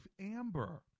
Amber